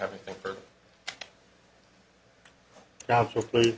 everything for absolutely